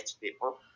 people